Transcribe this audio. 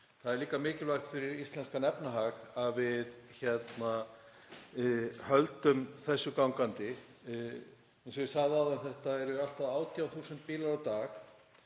Það er líka mikilvægt fyrir íslenskan efnahag að við höldum þessu gangandi. Eins og ég sagði áðan eru þetta allt að 18.000 bílar á dag.